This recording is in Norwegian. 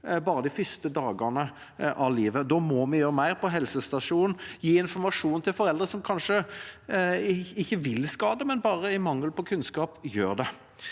bare de første dagene av livet. Da må vi gjøre mer på helsestasjonen, f.eks. gi informasjon til foreldre som kanskje ikke vil skade, men som av mangel på kunnskap gjør det.